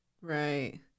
Right